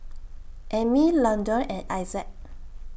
Ammie Londyn and Issac